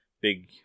big